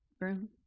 room